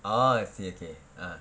orh I see okay